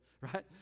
right